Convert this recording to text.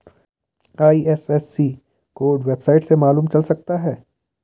IFSC code website से मालूम चल सकता है